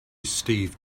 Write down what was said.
steve